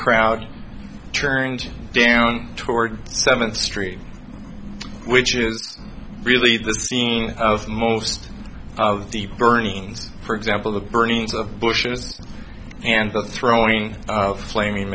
crowd turned down toward seventh street which is really the scene of most of the earnings for example the burnings of bushes and the throwing of flaming